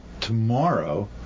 tomorrow